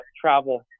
travel